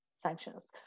sanctions